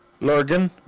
Lurgan